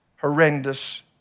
horrendous